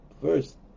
first